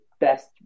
best